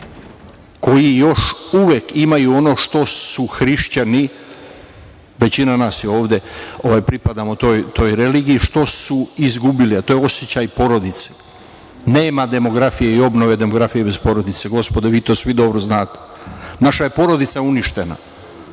koji još uvek imaju ono što su hrišćani, većina nas ovde pripadamo toj religiji, izgubili, a to je osećaj porodice. Nema demografije i obnove demografije bez porodice, gospodo, vi to svi dobro znate. Naša je porodica uništena,